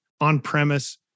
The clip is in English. on-premise